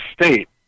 state